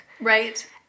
Right